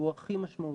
והוא הכי משמעותי,